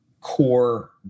core